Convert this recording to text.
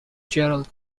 gerald